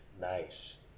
Nice